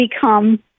become